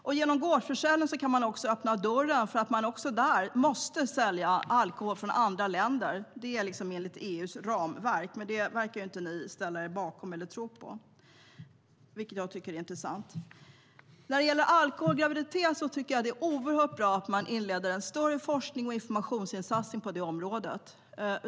Och genom gårdsförsäljning kan man också öppna dörren för att det där, enligt EU:s ramverk, måste säljas alkohol också från andra länder. Men det verkar ni inte ställa er bakom eller tro på, vilket är intressant. När det gäller alkohol och graviditet är det oerhört bra att man inleder en större forsknings och informationsinsats på området.